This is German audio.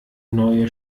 neue